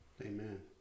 Amen